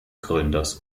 gründers